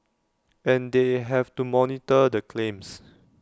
and they have to monitor the claims